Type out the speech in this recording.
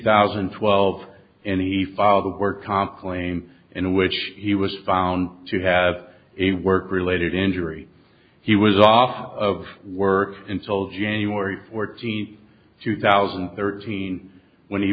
thousand and twelve and he filed a work comp claim in which he was found to have a work related injury he was off of work until january fourteenth two thousand and thirteen when he